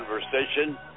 Conversation